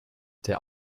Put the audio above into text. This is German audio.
der